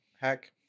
hack